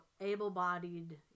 able-bodied